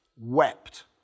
wept